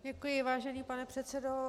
Děkuji, vážený pane předsedo.